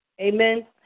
Amen